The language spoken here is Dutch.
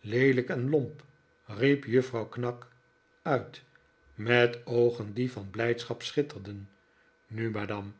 leelijk en lomp riep juffrouw knag uit met oogen die van blijdschap schitterden nu madame